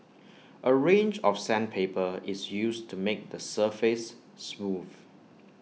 A range of sandpaper is used to make the surface smooth